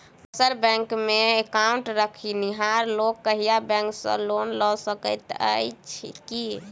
दोसर बैंकमे एकाउन्ट रखनिहार लोक अहि बैंक सँ लोन लऽ सकैत अछि की?